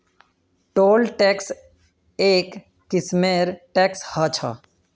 toll tax एक किस्मेर tax ह छः